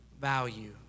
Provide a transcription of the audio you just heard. value